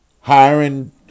Hiring